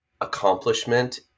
accomplishment